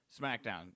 SmackDown